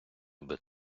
аби